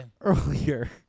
earlier